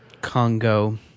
Congo